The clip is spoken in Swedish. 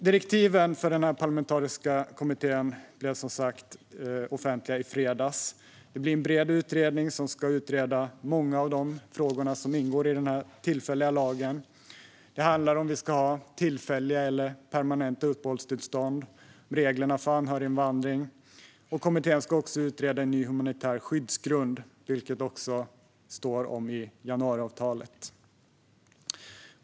Direktiven för denna parlamentariska kommitté blev, som sagt, offentliga i fredags. Det blir en bred utredning som ska utreda många av de frågor som ingår i denna tillfälliga lag. Det handlar om huruvida vi ska ha tillfälliga eller permanenta uppehållstillstånd. Det handlar om reglerna för anhöriginvandring. Kommittén ska också utreda en ny humanitär skyddsgrund, vilket det också står om i januariavtalet.